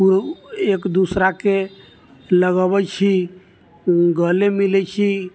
एक दोसराके लगबै छी गले मिलै छी